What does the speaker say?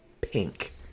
pink